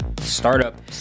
startup